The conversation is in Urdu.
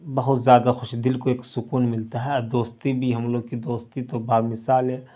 بہت زیادہ خوش دل کو ایک سکون ملتا ہے اور دوستی بھی ہم لوگ کی دوستی تو بامثال ہے